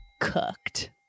cooked